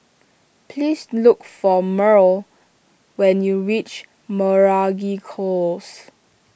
please look for Myrle when you reach Meragi Close